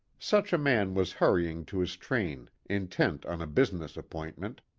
such a man was hurrying to his train intent on a business appointment,